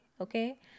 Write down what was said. Okay